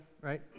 right